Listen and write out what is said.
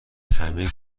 همه